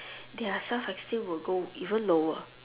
their self esteem will go even lower